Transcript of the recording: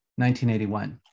1981